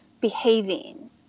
behaving